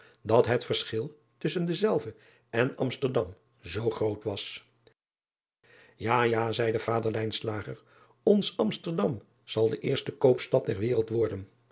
dat het verschil tusschen dezelve en msterdam zoo groot was a ja zeide driaan oosjes zn et leven van aurits ijnslager vader ons msterdam zal de eerste koopstad der wereld worden